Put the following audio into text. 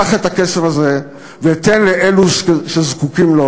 קח את הכסף הזה ותן אותו לאלה שזקוקים לו.